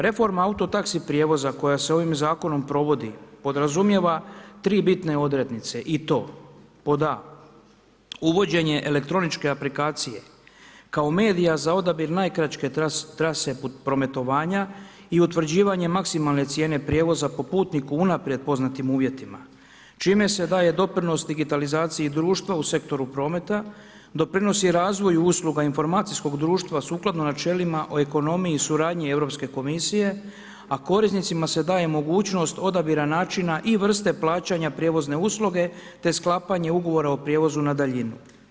Reforma auto taxi prijevoza koja se ovim zakonom provodi podrazumijeva tri bitne odrednice i to pod a uvođenje elektroničke aplikacije kao medija za odabir najkraće trase prometovanja i utvrđivanja maksimalne cijene prijevoza po putniku unaprijed poznatim uvjetima čime se daje doprinos digitalizaciji društva u sektoru prometa, doprinosi razvoju usluga informacijskog društva sukladno načelima o ekonomiji, suradnji Europske komisije, a korisnicima se daje mogućnost odabira načina i vrste plaćanja prijevozne usluge te sklapanje ugovora o prijevozu na daljinu.